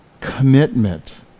commitment